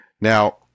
Now